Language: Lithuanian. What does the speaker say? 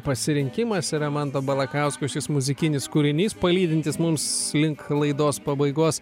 pasirinkimas yra manto balakausko šis muzikinis kūrinys palydintis mums link laidos pabaigos